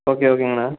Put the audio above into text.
okay ஓகேங்கண்ணா